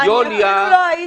למה להם מותר?